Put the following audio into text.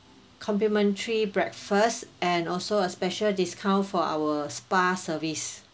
complimentary breakfast and also a special discount for our spa service